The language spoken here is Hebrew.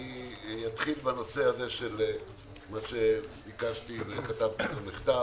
אני אתחיל בנושא הזה שביקשתי וכתבתי מכתב